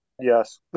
Yes